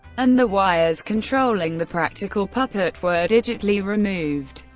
and the wires controlling the practical puppet were digitally removed.